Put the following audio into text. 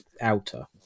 outer